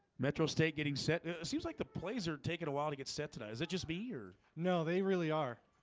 metro state getting set. it seems like the plays are taking a while to get set tonight. is it just be here? no, they really are